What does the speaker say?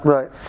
Right